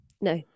No